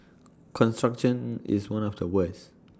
construction is one of the worst